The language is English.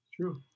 true